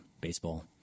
baseball